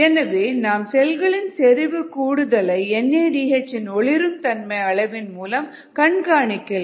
எனவே நாம் செல்களின் செறிவு கூடுதலை என் ஏ டி எச் இன் ஒளிரும் தன்மை அளவின் மூலம் கண்காணிக்கலாம்